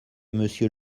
monsieur